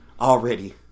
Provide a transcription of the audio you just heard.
already